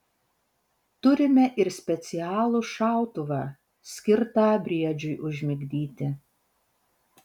turime ir specialų šautuvą skirtą briedžiui užmigdyti